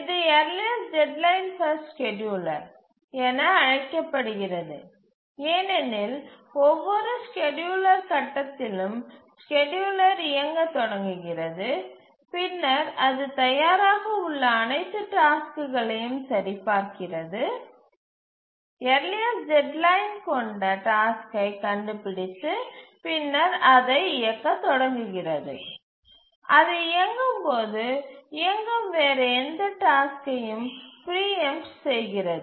இது earliest deadline first scheduler என அழைக்கப்படுகிறது ஏனெனில் ஒவ்வொரு ஸ்கேட்யூலர் கட்டத்திலும் ஸ்கேட்யூலர் இயங்கத் தொடங்குகிறது பின்னர் அது தயாராக உள்ள அனைத்து டாஸ்க்குகளையும் சரிபார்க்கிறது யர்லியஸ்டு டெட்லைன் கொண்ட டாஸ்க்கை கண்டுபிடித்து பின்னர் அதை இயக்கத் தொடங்குகிறது அது இயங்கும் போது இயங்கும் வேறு எந்த டாஸ்க்கை யும் பிரீஎம்ட் செய்கிறது